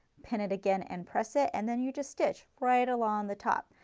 pin it again and press it and then you just stitch right along the top.